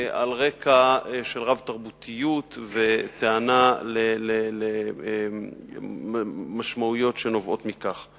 על רקע של רב-תרבותיות וטענה למשמעויות שנובעות מכך.